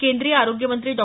केंद्रीय आरोग्यमंत्री डॉ